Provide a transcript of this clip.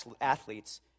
athletes